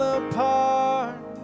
apart